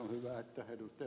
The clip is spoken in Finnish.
on hyvä että ed